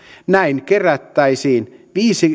näin kerättäisiin